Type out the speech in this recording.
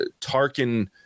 Tarkin